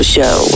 Show